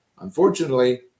Unfortunately